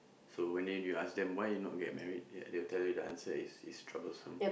so one day you ask them why not get married yet they will tell you the answer is it's troublesome